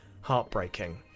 heartbreaking